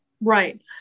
Right